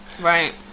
Right